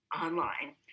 online